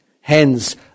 Hence